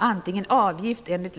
nya försäkringen bör utformas.